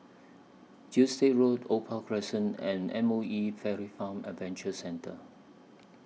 Gilstead Road Opal Crescent and M O E Fairy Farm Adventure Centre